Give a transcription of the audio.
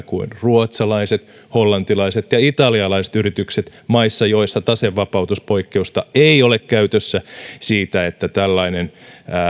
kuin ruotsalaiset hollantilaiset ja italialaiset yritykset maissa joissa tasevapautuspoikkeusta ei ole käytössä siitä että tällainen